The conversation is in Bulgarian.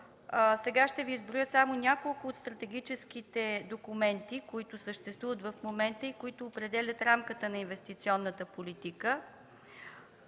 защо ще Ви изброя само няколко от стратегическите документи, които съществуват в момента, и които определят рамката на инвестиционната политика.